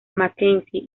mackenzie